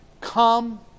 Come